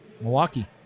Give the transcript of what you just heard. milwaukee